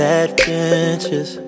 adventures